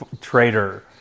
trader